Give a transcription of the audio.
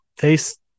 taste